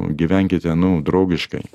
gyvenkite nu draugiškai